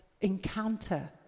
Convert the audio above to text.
encounter